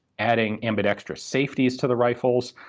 adding ambidextrous safeties to the rifles.